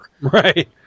Right